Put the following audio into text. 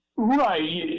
Right